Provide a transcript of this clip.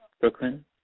Brooklyn